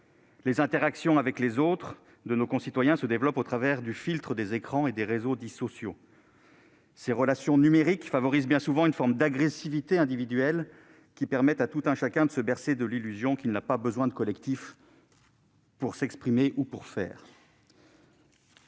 Les interactions avec les autres de nos concitoyens se développent au travers du filtre des écrans et des réseaux dits « sociaux ». Ces relations numériques favorisent bien souvent une forme d'agressivité individuelle et permettent à tout un chacun de se bercer de l'illusion qu'il n'a pas besoin de collectif pour s'exprimer ou pour faire.